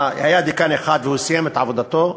היה דיקן אחד והוא סיים את עבודתו.